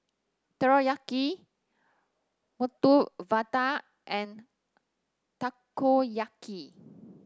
Teriyaki Medu Vada and Takoyaki